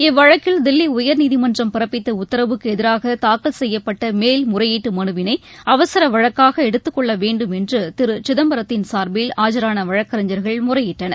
இவ்வழக்கில் தில்லி உயர்நீதிமன்றம் பிறப்பித்த உத்தரவுக்கு எதிராக தாக்கல் செய்யப்பட்ட மேல்முறையீட்டு மனுவினை அவசர வழக்காக எடுத்துக்கொள்ள வேண்டும் என்று திரு சிதம்பரத்தின் சார்பில் ஆஜரான வழக்கறிஞர்கள் முறையிட்டனர்